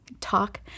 talk